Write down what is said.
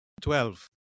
Twelve